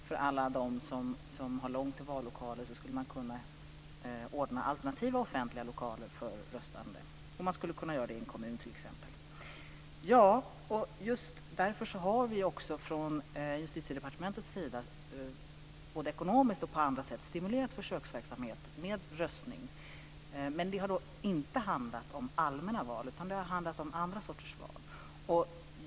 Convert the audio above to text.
För alla de som har långt till vallokalen skulle man kunna ordna alternativa offentliga lokaler för röstande, t.ex. i en kommun. Ja, just därför har vi från Justitiedepartementet både ekonomiskt och på andra sätt stimulerat försöksverksamhet med röstning. Men då har det inte handlat om allmänna val, utan om andra sorters val.